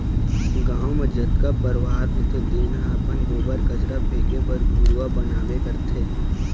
गाँव म जतका परवार होथे तेन ह अपन गोबर, कचरा फेके बर घुरूवा बनाबे करथे